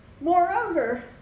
Moreover